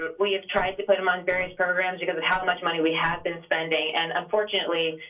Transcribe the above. but we have tried to put him on various programs because of how much money we have been spending. and unfortunately,